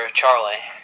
Charlie